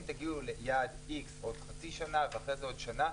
תגיעו ליעד X עוד חצי שנה ואחרי זה עוד שנה,